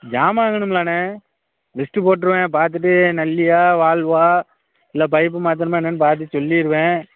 ஜாமான் வாங்கணும்லைண்ணே லிஸ்ட்டு போட்டிருவேன் பார்த்துட்டு நல்லியா வால்வா இல்லை பைப்பு மாற்றணுமா என்னன்னு பார்த்து சொல்லிருவேன்